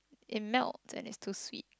it melt and it's too sweet